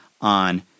on